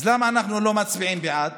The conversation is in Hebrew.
אז למה אנחנו לא מצביעים בעד